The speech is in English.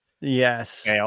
Yes